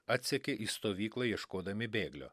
atsekė į stovyklą ieškodami bėglio